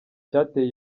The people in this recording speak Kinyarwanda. cyateye